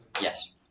Yes